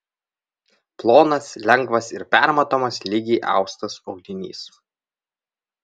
plonas lengvas ir permatomas lygiai austas audinys